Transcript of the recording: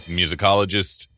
musicologist